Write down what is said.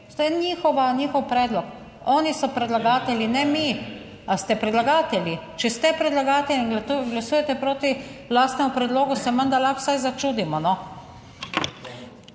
njihov predlog. Oni so predlagatelji, ne mi. Ali ste predlagatelji? Če ste predlagatelj in glasujete proti lastnemu predlogu, se menda lahko vsaj začudimo,